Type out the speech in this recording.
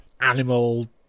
animal